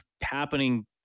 happening